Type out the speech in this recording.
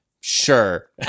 sure